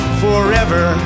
forever